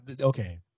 okay